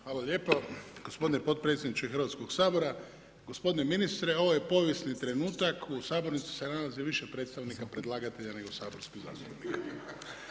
Hvala lijepa, gospodine potpredsjedniče Hrvatskoga sabora, gospodine ministre, ovo je povijesni trenutak u Sabornici se nalazi više predstavnika predlagatelja nego saborskih zastupnika.